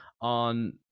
on